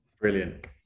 brilliant